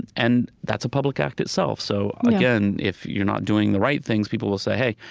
and that's a public act itself so again, if you're not doing the right things, people will say, hey,